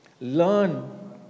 Learn